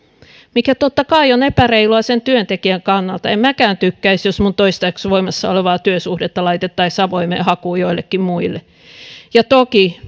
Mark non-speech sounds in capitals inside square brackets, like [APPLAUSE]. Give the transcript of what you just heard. mikä totta kai on epäreilua sen työntekijän kannalta en minäkään tykkäisi jos minun toistaiseksi voimassa olevaa työsuhdetta laitettaisiin avoimeen hakuun joillekin muille ja toki [UNINTELLIGIBLE]